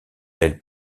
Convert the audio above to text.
elles